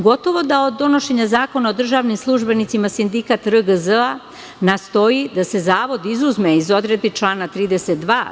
Gotovo da od donošenja Zakona o državnim službenicima sindikat RGZ nastoji da se zavod izuzme iz odredbi člana 32.